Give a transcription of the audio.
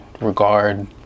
regard